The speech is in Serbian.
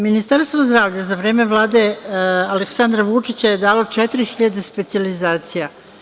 Ministarstvo zdravlja za vreme Vlade Aleksandra Vučića je dalo četiri hiljade specijalizacija.